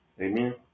Amen